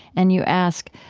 and you ask,